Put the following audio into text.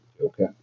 Okay